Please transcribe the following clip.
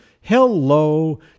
hello